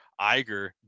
Iger